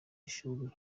ishuri